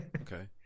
Okay